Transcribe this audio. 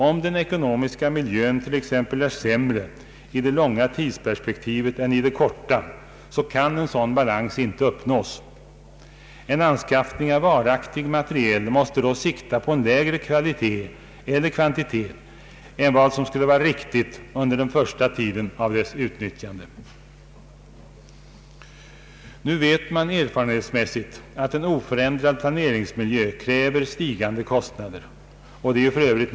Om den ekonomiska miljön t.ex. är sämre i det långa tidsperspektivet än i det korta så kan en sådan balans inte uppnås. En anskaffning av varaktig materiel måste då sikta på en lägre kvalitet eller kvantitet än vad som skulle vara riktigt under den första tiden av dess utnyttjande. Nu vet man erfarenhetsmässigt att en oförändrad planeringsmiljö kräver stigande kostnader. Det är f.ö.